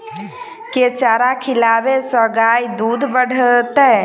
केँ चारा खिलाबै सँ गाय दुध बढ़तै?